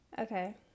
Okay